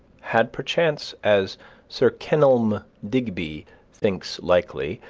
had perchance, as sir kenelm digby thinks likely,